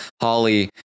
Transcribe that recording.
Holly